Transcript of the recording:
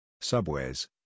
Subways